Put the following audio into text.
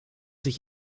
sich